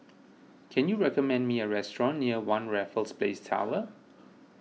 can you recommend me a restaurant near one Raffles Place Tower